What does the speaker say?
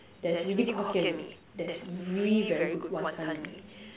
there's really good Hokkien-mee there's really good wanton-mee